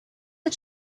are